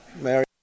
Mary